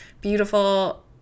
beautiful